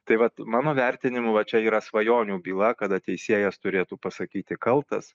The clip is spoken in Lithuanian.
tai vat mano vertinimu va čia yra svajonių byla kada teisėjas turėtų pasakyti kaltas